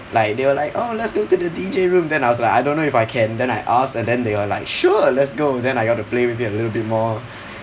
like they were like oh let's go to the D_J room then I was like I don't know if I can then I ask and then they were like sure let's go then I got to play with it a little bit more